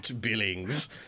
billings